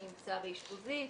נמצא באשפוזית,